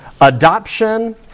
adoption